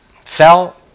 fell